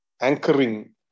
anchoring